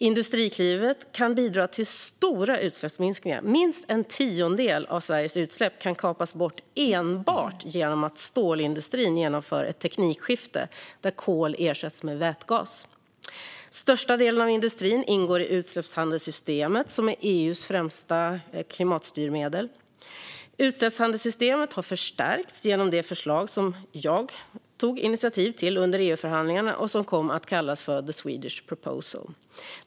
Industriklivet kan bidra till stora utsläppsminskningar; minst en tiondel av Sveriges utsläpp kan kapas bort enbart genom att stålindustrin genomför ett teknikskifte där kol ersätts med vätgas. Största delen av industrin ingår i utsläppshandelssystemet, som är EU:s främsta klimatstyrmedel. Utsläppshandelssystemet har förstärkts genom det förslag som jag tog initiativ till under EU-förhandlingarna och som kom att kallas the Swedish proposal.